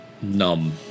...numb